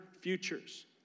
futures